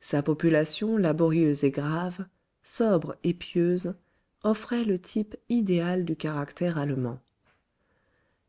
sa population laborieuse et grave sobre et pieuse offrait le type idéal du caractère allemand